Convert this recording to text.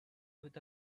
with